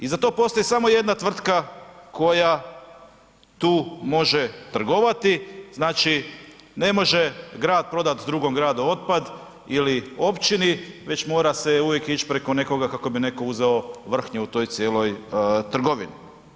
I za to postoji samo jedna tvrtka koja tu može trgovati, znači ne može grad prodat drugom gradu otpad ili općini, već mora se uvijek ić preko nekoga kako bi netko uzeo vrhnje u toj cijeloj trgovini.